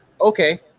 okay